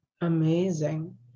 Amazing